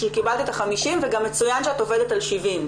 כי קיבלת את ה-50 מיליון וגם מצוין שאת עובדת על 70 מיליון,